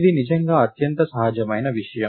ఇది నిజంగా అత్యంత సహజమైన విషయం